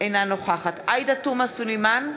אינה נוכחת עאידה תומא סלימאן,